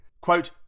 quote